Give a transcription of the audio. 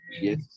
yes